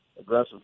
aggressive